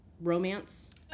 romance